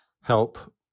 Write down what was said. help